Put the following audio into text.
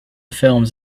films